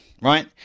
right